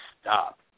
stop